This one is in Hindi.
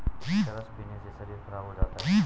चरस पीने से शरीर खराब हो जाता है